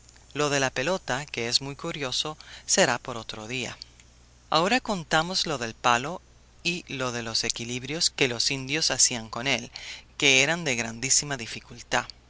lo de la pelota que es muy curioso será para otro día ahora contamos lo del palo y lo de los equilibrios que los indios hacían con él que eran de grandísima dificultad